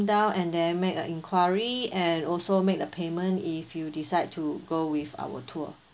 down and then make a enquiry and also make the payment if you decide to go with our tour